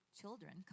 children